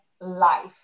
life